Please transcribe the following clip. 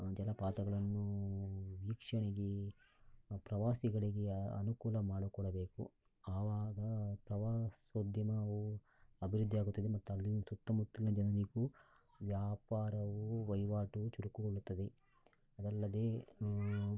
ಜಲಪಾತಗಳನ್ನು ವೀಕ್ಷಣೆಗೆ ಪ್ರವಾಸಿಗಳಿಗೆ ಅನುಕೂಲ ಮಾಡಿಕೊಡಬೇಕು ಆವಾಗ ಪ್ರವಾಸೋದ್ಯಮವು ಅಭಿವೃದ್ಧಿಯಾಗುತ್ತದೆ ಮತ್ತು ಅಲ್ಲಿನ ಸುತ್ತಮುತ್ತಲಿನ ಜನರಿಗೂ ವ್ಯಾಪಾರವು ವಹಿವಾಟು ಚುರುಕುಗೊಳ್ಳುತ್ತದೆ ಅದಲ್ಲದೇ